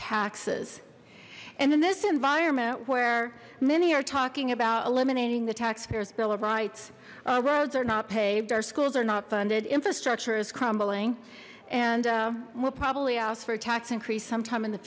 taxes and in this environment where many are talking about eliminating the taxpayers bill of rights roads are not paved our schools are not funded infrastructure is crumbling and we'll probably ask for a tax increase sometime in the